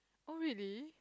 oh really